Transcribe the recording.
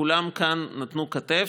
כולם כאן נתנו כתף,